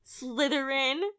Slytherin